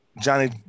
Johnny